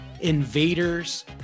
Invaders